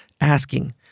asking